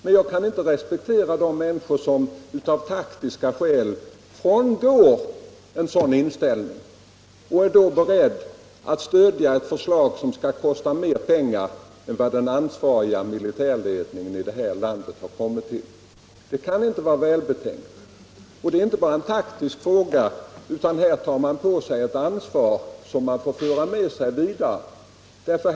Men jag kan inte respektera människor som av taktiska skäl frångår en sådan inställning och är beredda att stödja förslag som skulle kosta mer pengar än det förslag den ansvariga militärledningen i vårt land kommit fram till. Ett sådant handlande kan inte vara välbetänkt. Detta är inte bara en taktisk fråga, utan man tar på sig ett ansvar som man får bära med sig vid framtida ställningstaganden.